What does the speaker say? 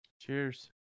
cheers